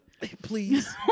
Please